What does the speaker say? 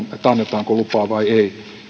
eli annetaanko lupaa vai ei